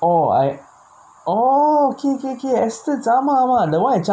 oh I I oh okay okay Astons ஆமா ஆமா:aamaa aamaa the [one]